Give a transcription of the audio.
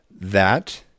That-